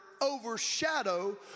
overshadow